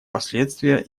последствия